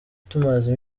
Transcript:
tumaze